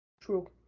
True